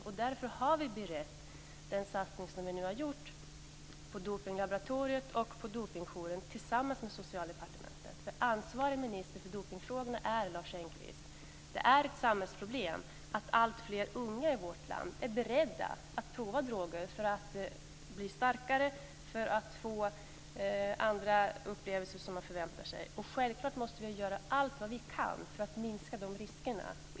Vi har därför berett den satsning som vi nu har gjort på Dopinglaboratoriet och Dopingjouren tillsammans med Socialdepartementet. Ansvarig minister för dopningsfrågorna är Lars Engqvist. Det är ett samhällsproblem att alltfler unga i vårt land är beredda att prova droger för att bli starkare och därför att de förväntar sig upplevelser. Självklart måste vi göra allt vad vi kan för att minska sådana risker.